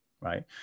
right